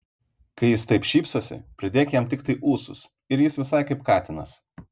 kai jis taip šypsosi pridėk jam tiktai ūsus ir jis visai kaip katinas